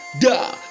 da